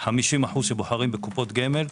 50% בוחרים בקופות גמל,